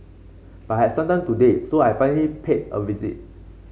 but I had some time today so I finally paid it a visit